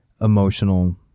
emotional